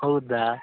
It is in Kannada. ಹೌದಾ